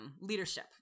leadership